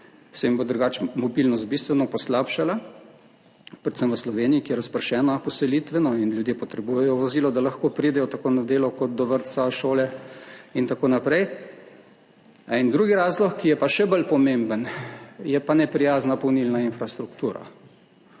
veliko ljudem mobilnost bistveno poslabšala, predvsem v Sloveniji z razpršeno poselitvijo, kjer ljudje potrebujejo vozilo, da lahko pridejo tako na delo kot do vrtca, šole in tako naprej. In drugi razlog, ki je pa še bolj pomemben, je pa neprijazna polnilna infrastruktura,